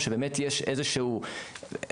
או שבאמת יש איזשהו אלגוריתם,